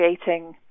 creating